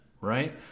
right